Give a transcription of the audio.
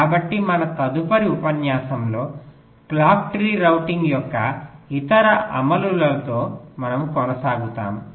కాబట్టి మన తదుపరి ఉపన్యాసంలో క్లాక్ ట్రీ రౌటింగ్ యొక్క ఇతర అమలులతో మనము కొనసాగుతాము